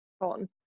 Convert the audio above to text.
on